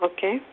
Okay